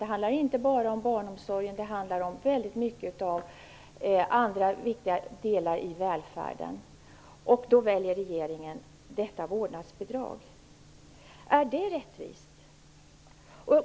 Det handlar inte bara om barnomsorgen. Det gäller också många andra mycket viktiga delar av välfärden. I den situationen väljer regeringen ett vårdnadsbidrag. Är det rättvist?